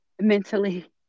mentally